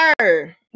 sir